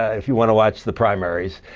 ah if you want to watch the primaries,